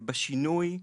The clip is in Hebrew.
בשינוי.